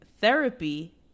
Therapy